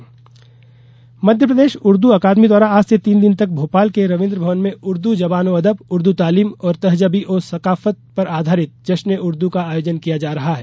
जश्न ए उर्दू मध्यप्रदेश उर्दू अकादमी द्वारा आज से तीन दिन तक भोपाल के रवीन्द्र भवन में उर्दू जबान ओ अदब उर्दू तालीम और तहज़ीब ओ सकाफ़त पर आधारित जश्न ए उर्दू का आयोजन किया जा रहा है